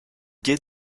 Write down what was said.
gai